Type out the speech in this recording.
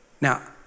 Now